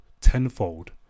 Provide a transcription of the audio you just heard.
tenfold